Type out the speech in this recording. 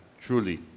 truly